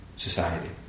society